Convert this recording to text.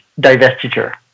Divestiture